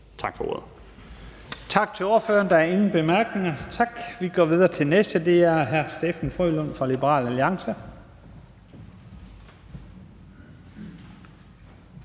Tak for ordet.